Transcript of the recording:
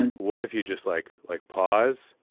and what if you just like like pause,